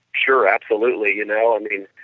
sure absolutely. you know, i mean